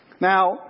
Now